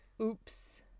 Oops